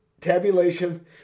tabulation